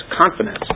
confidence